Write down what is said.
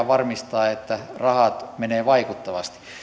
varmistaa että rahat menevät vaikuttavasti